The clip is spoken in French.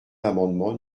l’amendement